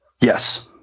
Yes